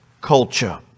culture